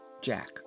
Jack